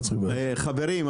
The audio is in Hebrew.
חברים,